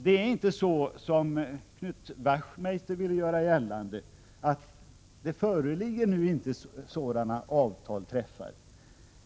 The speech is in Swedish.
Det är inte så som Knut Wachtmeister vill göra gällande, att inga sådana avtal träffats.